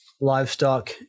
livestock